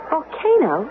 Volcano